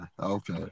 okay